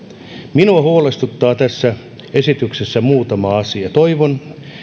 minua huolestuttaa tässä esityksessä muutama asia toivon